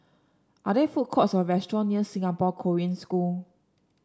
are there food courts or restaurant near Singapore Korean School